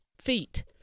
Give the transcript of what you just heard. feet